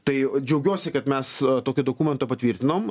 tai džiaugiuosi kad mes tokio dokumento patvirtinom